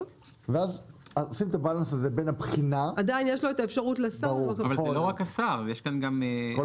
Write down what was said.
ולמנותו לתקופות כהונה נוספות, בנות ארבע שנים